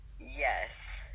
yes